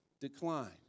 decline